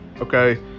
Okay